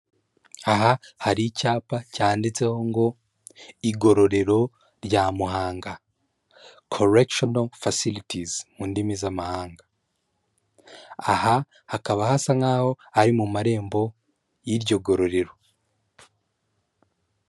Aha hari icyapa cyanditseho ngo igororero rya Muhanga koregisheni fasiritizi mu ndimi z'amahanga, aha hakaba hasa nkaho ari mu marembo y'iryo gororero.